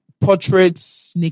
portraits